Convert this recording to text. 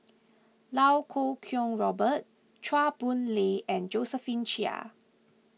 Iau Kuo Kwong Robert Chua Boon Lay and Josephine Chia